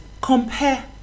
compare